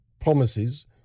Promises